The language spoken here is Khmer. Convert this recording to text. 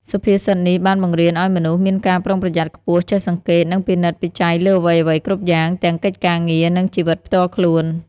សុភាសិតនេះ បានបង្រៀនឱ្យមនុស្សមានការប្រុងប្រយ័ត្នខ្ពស់ ចេះសង្កេត និងពិនិត្យពិច័យលើអ្វីៗគ្រប់យ៉ាង ទាំងកិច្ចការងារ និងជីវិតផ្ទាល់ខ្លួន។